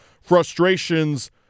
frustrations